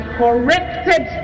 corrected